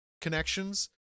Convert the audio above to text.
connections